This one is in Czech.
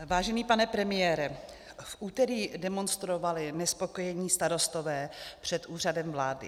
Vážený pane premiére, v úterý demonstrovali nespokojení starostové před Úřadem vlády.